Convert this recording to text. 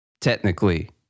technically